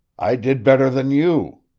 i did better than you,